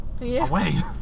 away